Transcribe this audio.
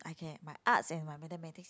I can my arts and my mathematics